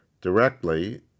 directly